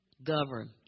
govern